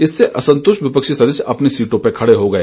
इससे असंतुष्ट विपक्षी सदस्य अपनी सीटों पर खड़े हो गए